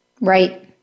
Right